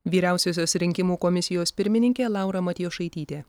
vyriausiosios rinkimų komisijos pirmininkė laura matjošaitytė